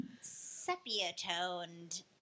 sepia-toned